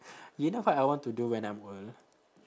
you know what I want to do when I'm old